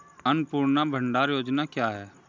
अन्नपूर्णा भंडार योजना क्या है?